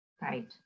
Right